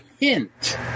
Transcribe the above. hint